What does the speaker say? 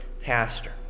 pastor